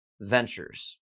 ventures